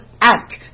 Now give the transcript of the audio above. act